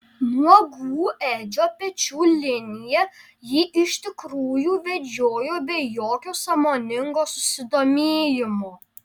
nuogų edžio pečių liniją ji iš tikrųjų vedžiojo be jokio sąmoningo susidomėjimo